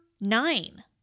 nine